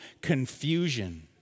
confusion